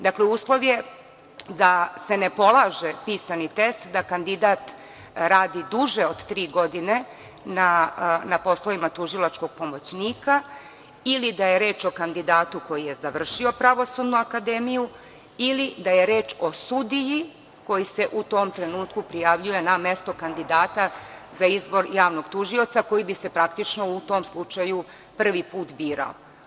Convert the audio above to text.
Dakle, uslov je da se ne polaže pisani test, da kandidat radi duže od tri godine na poslovima tužilačkog pomoćnika ili da je reč o kandidatu koji je završio Pravosudnu akademiju ili da je reč o sudiji koji se u tom trenutku prijavljuje na mesto kandidata za izbor javnog tužioca, a koji bi se praktično u tom slučaju prvi put birao.